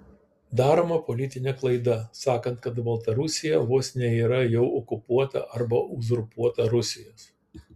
daroma politinė klaida sakant kad baltarusija vos ne yra jau okupuota arba uzurpuota rusijos